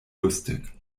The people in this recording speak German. lustig